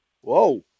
Whoa